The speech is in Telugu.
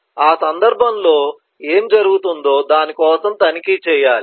ఆ సందర్భంలో ఏమి జరుగుతుందో దాని కోసం తనిఖీ చేయాలి